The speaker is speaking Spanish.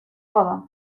boda